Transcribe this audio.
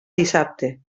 dissabte